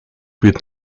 wird